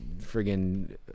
friggin